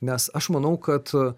nes aš manau kad